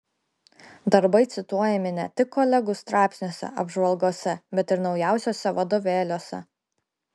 darbai cituojami ne tik kolegų straipsniuose apžvalgose bet ir naujausiuose vadovėliuose